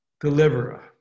deliverer